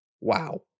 wow